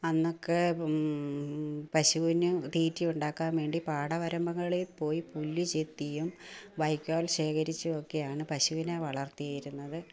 അന്നൊക്കെ പശുവിനു തീറ്റി ഉണ്ടാക്കാൻ വേണ്ടി പാടവരമ്പുകളിൽ പോയി പുല്ലു ചെത്തിയും വൈക്കോൽ ശേഖരിച്ചുമൊക്കെയാണ് പശുവിനെ വളർത്തിയിരുന്നത്